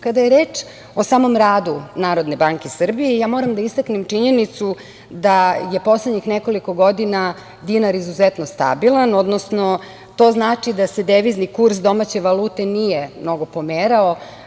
Kada je reč o samom radu NBS, moram da istaknem činjenicu da je poslednjih nekoliko godina dinar izuzetno stabilan, odnosno to znači da se devizni kurs domaće valute nije mnogo pomerao.